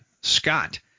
Scott